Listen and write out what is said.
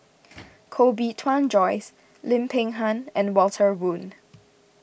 Koh Bee Tuan Joyce Lim Peng Han and Walter Woon